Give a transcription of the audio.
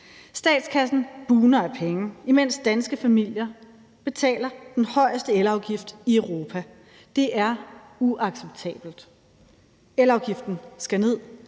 Statskassen bugner af penge, imens danske familier betaler den højeste elafgift i Europa. Det er uacceptabelt. Elafgiften skal ned.